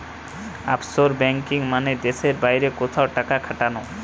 offshore banking মানে দেশের বাইরে কোথাও টাকা খাটানো